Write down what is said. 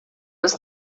was